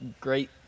great